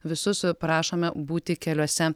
visus prašome būti keliuose